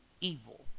evil